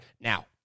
now